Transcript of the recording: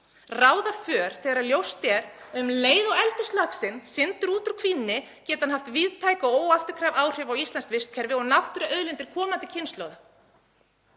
ráða för þegar ljóst er að um leið og eldislaxinn syndir út úr kvínni getur hann haft víðtæk og óafturkræf áhrif á íslenskt vistkerfi og náttúruauðlindir komandi kynslóða,